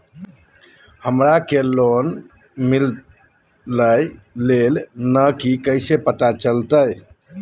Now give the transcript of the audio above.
हमरा के लोन मिलता ले की न कैसे पता चलते?